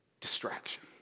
Distraction